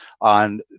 on